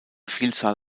vielzahl